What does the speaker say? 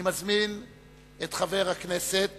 אני מזמין את חבר הכנסת